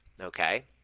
okay